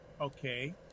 Okay